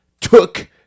took